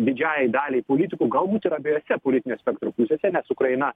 didžiajai daliai politikų galbūt ir abiejose politinio spektro pusėse nes ukraina